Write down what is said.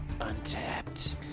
Untapped